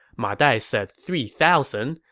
ma dai said three thousand,